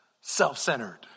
self-centered